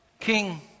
King